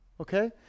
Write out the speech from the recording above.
Okay